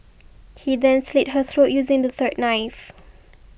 he then slit her throat using the third knife